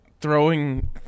throwing